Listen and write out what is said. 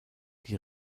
die